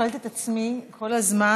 שואלת את עצמי כל הזמן,